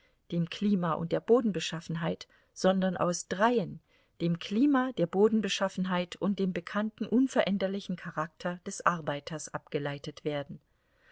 dem klima und der bodenbeschaffenheit sondern aus dreien dem klima der bodenbeschaffenheit und dem bekannten unveränderlichen charakter des arbeiters abgeleitet werden